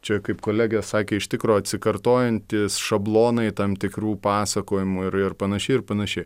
čia kaip kolegė sakė iš tikro atsikartojantys šablonai tam tikrų pasakojimų ir ir panašiai ir panašiai